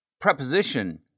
preposition